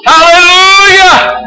Hallelujah